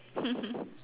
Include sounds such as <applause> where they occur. <laughs>